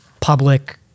public